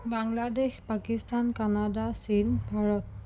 Bangladesh Pakistan Canada চীন ভাৰত